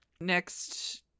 Next